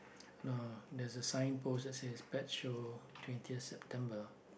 no no no there's a signpost that says pet show twentieth September